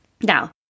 Now